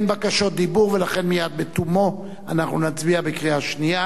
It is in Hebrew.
ותועבר לוועדת הכלכלה על מנת להכינה לקריאה שנייה